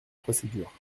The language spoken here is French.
procédure